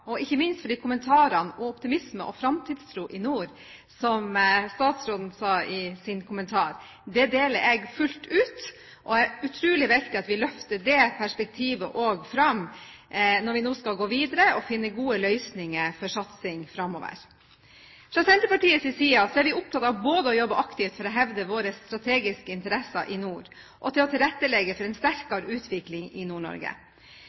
og ikke minst for de kommentarene om optimisme og framtidstro i nord som statsråden kom med. Det deler jeg fullt ut. Det er utrolig viktig at vi også løfter det perspektivet fram når vi nå skal gå videre og finne gode løsninger for satsing framover. Fra Senterpartiets side er vi opptatt av både å jobbe aktivt for å hevde våre strategiske interesser i nord og å tilrettelegge for en sterkere utvikling i